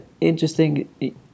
interesting